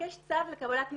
לבקש צו לקבלת מידע.